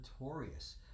notorious